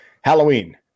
Halloween